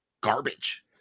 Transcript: garbage